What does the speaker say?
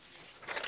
(2)